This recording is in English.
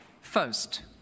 First